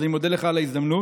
אני מודה לך על ההזדמנות.